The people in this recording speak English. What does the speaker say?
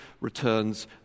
returns